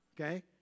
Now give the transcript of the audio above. okay